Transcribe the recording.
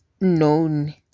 known